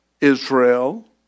Israel